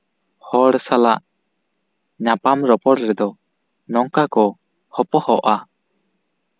ᱦᱚᱲ ᱥᱟᱞᱟᱜ ᱧᱟᱯᱟᱢ ᱨᱚᱯᱚᱲ ᱨᱮᱫᱚ ᱱᱚᱝᱠᱟ ᱠᱚ ᱦᱚᱯᱚᱦᱚᱜᱼᱟ